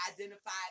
identified